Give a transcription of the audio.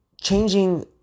changing